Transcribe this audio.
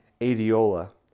Adiola